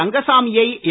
ரங்கசாமியை என்